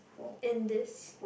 in this